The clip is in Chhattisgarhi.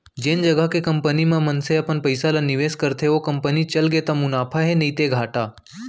जेन जघा के कंपनी म मनसे अपन पइसा ल निवेस करथे ओ कंपनी चलगे त मुनाफा हे नइते घाटा